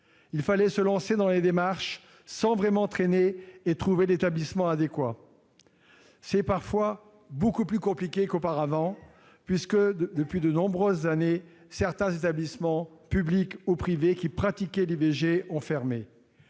il fallait se lancer dans les démarches sans vraiment traîner et trouver l'établissement adéquat. C'est parfois beaucoup plus compliqué qu'auparavant, puisque, depuis de nombreuses années, certains établissements publics ou privés qui pratiquaient l'IVG ont fermé.